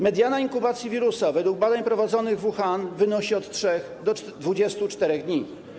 Mediana inkubacji wirusa według badań prowadzonych w Wuhanie wynosi od 3 do 24 dni.